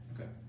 Okay